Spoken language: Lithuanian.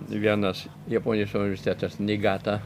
vienas japonijos universitetas nigata